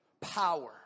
Power